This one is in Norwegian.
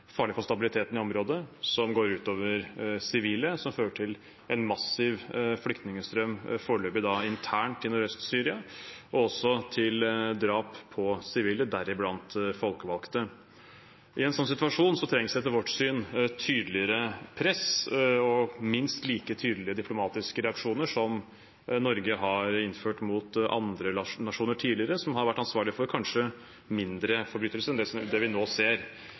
farlig for stabiliteten i området, noe som går ut over sivile, og som fører til en massiv flyktningstrøm – foreløpig internt i Nordøst-Syria – og til drap på sivile, deriblant folkevalgte. I en slik situasjon trengs det etter vårt syn tydeligere press og minst like tydelige diplomatiske reaksjoner som Norge tidligere har innført mot nasjoner som har vært ansvarlige for kanskje mindre forbrytelser enn det vi nå ser.